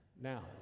now